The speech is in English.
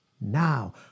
Now